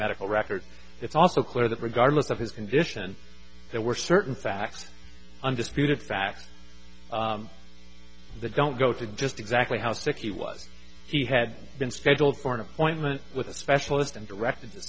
medical records it's also clear that regardless of his condition there were certain facts undisputed facts don't go to just exactly how sick he was he had been scheduled for an appointment with a specialist and directed